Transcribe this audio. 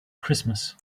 christmas